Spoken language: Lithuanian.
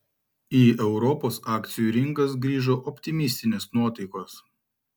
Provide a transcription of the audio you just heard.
į europos akcijų rinkas grįžo optimistinės nuotaikos